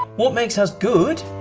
what makes us good?